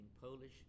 Polish